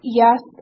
yes